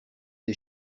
des